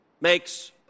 makes